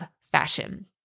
fashion